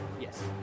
Yes